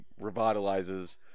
revitalizes